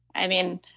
i mean,